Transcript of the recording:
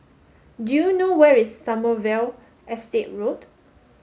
do you know where is Sommerville Estate Road